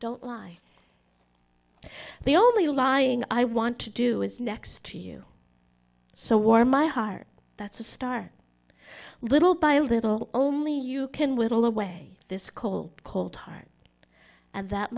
don't lie the only lying i want to do is next to you so warm my heart that's a start little by little only you can whittle away this cold cold heart and that